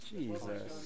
Jesus